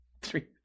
three